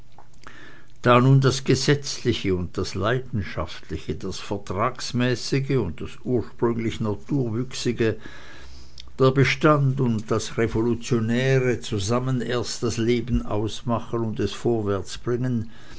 da nun das gesetzliche und das leidenschaftliche das vertragsmäßige und das ursprünglich naturwüchsige der bestand und das revolutionäre zusammen erst das leben ausmachen und es vorwärtsbringen